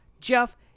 Jeff